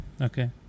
Okay